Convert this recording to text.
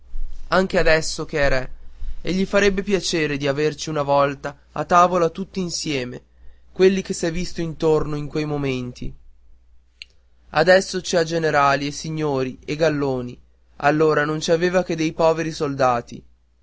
anche adesso che è re e che gli farebbe piacere di averci una volta a tavola tutti insieme quelli che s'è visto intorno in quei momenti adesso ci ha generali e signoroni e galloni allora non ci aveva che dei poveri soldati